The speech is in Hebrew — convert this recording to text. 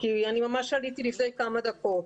כי אני ממש עליתי לפני כמה דקות.